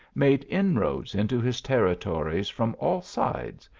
made inroads into his territories from all sides,